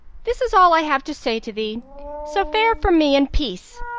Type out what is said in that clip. this is all i have to say to thee so fare from me in peace!